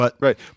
right